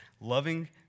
loving